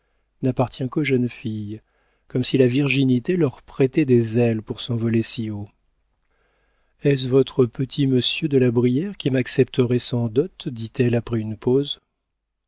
n'appartient qu'aux jeunes filles comme si la virginité leur prêtait des ailes pour s'envoler si haut est-ce votre petit monsieur de la brière qui m'accepterait sans dot dit-elle après une pause